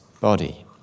body